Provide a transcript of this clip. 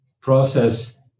process